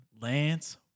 Lance